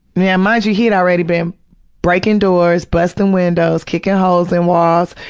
yeah mind you, he'd already been breakin' doors, bustin' windows, kickin' holes in walls,